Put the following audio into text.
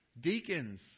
Deacons